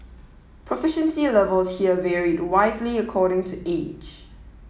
proficiency levels here varied widely according to age